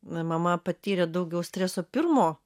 mama patyrė daugiau streso pirmo